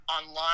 online